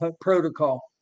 protocol